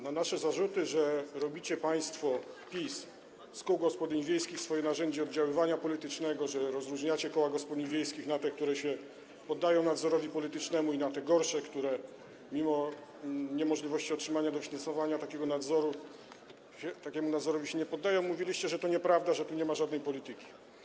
Na nasze zarzuty, że robicie państwo, PiS, z kół gospodyń wiejskich swoje narzędzie oddziaływania politycznego, że rozróżniacie, dzielicie koła gospodyń wiejskich na te, które się poddają nadzorowi politycznemu, i na te gorsze, które mimo niemożliwości otrzymania dofinansowania takiemu nadzorowi się nie poddają, odpowiadaliście, że to nieprawda, że tu nie ma żadnej polityki.